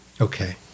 Okay